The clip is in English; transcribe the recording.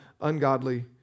ungodly